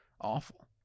awful